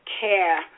care